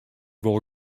wol